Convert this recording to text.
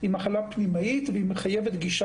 היא מחלה פנימאית והיא מחייבת גישה